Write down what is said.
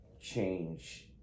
change